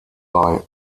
bei